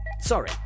Sorry